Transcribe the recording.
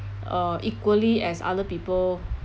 uh equally as other people